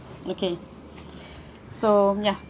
okay so ya